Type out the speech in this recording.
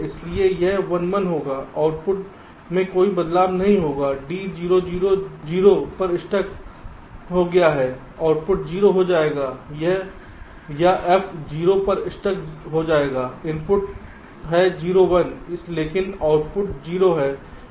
इसलिए यह 1 1 होगा आउटपुट में कोई बदलाव नहीं होगा D 0 0 0 पर स्टक गया आउटपुट 0 हो जाएगा या F 0 पर स्टक जाएगा इनपुट है 0 1है लेकिन आउटपुट 0 है